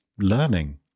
learning